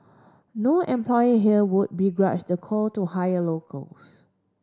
no employer here would begrudge the call to hire locals